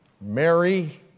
Mary